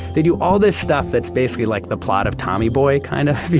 they do all this stuff that's basically like the plot of tommy boy kind of?